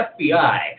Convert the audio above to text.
FBI